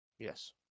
Yes